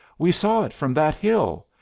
we saw it from that hill.